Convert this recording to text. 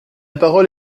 parole